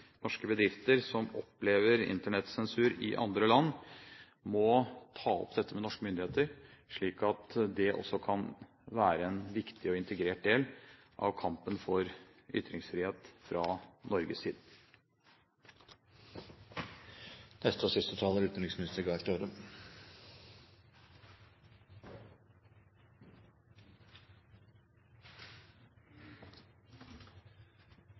Norske bedrifter som opplever internettsensur i andre land, må ta opp dette med norske myndigheter, slik at det også kan være en viktig og integrert del av kampen for ytringsfrihet fra Norges